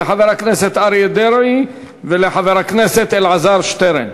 לחבר הכנסת אריה דרעי ולחבר הכנסת אלעזר שטרן.